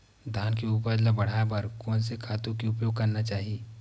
धान के उपज ल बढ़ाये बर कोन से खातु के उपयोग करना चाही?